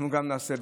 אנחנו גם נעשה.